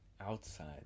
outside